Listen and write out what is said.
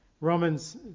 Romans